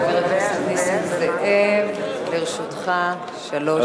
חבר הכנסת נסים זאב, לרשותך שלוש דקות.